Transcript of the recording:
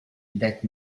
that